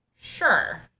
Sure